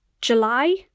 july